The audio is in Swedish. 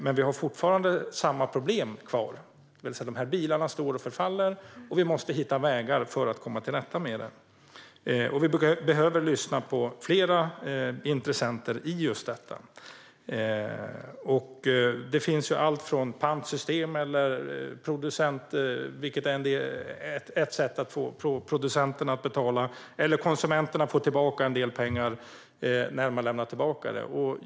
Men vi har fortfarande samma problem, det vill säga att de här bilarna står och förfaller, och vi måste hitta vägar för att komma till rätta med det. Vi behöver lyssna på flera intressenter i detta. Det finns pantsystem, vilket är ett sätt att få producenterna att betala. Konsumenterna får tillbaka en del pengar när de lämnar tillbaka bilen.